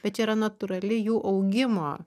bet čia yra natūrali jų augimo